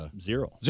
Zero